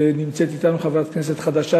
ונמצאת אתנו חברת כנסת חדשה,